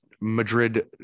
Madrid